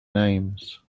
names